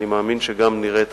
אני מאמין שגם נראה את